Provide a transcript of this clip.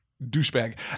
douchebag